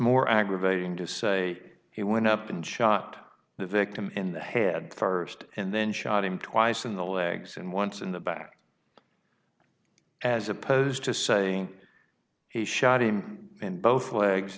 more aggravating to say he went up and shot the victim in the head st and then shot him twice in the legs and once in the back as opposed to saying he shot him in both legs